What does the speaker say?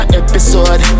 episode